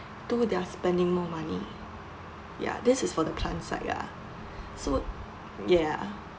two they are spending more money ya this is for the plants side lah so ya